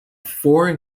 four